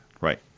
Right